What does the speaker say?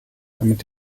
damit